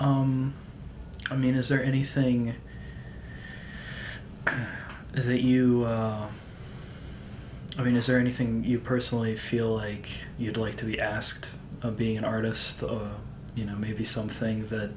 i mean is there anything is that you i mean is there anything you personally feel like you'd like to be asked of being an artist or you know maybe something that